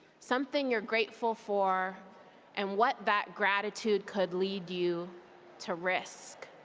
something you're grateful for and what that gratitude could lead you to risk.